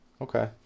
Okay